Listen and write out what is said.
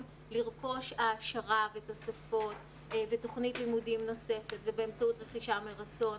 לרכוש העשרה ותוספות ותוכנית לימודים נוספת באמצעות רכישה מרצון,